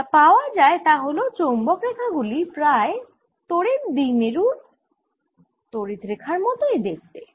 যা পাওয়া যায় তা হল চৌম্বক রেখা গুলি প্রায় তড়িৎ দ্বিমেরুর তড়িৎ রেখার মতই দেখতে হয়